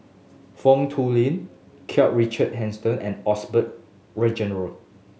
Foo Tui Liew Karl Richard Hanitsch and Osbert Rozario